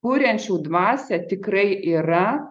kuriančių dvasią tikrai yra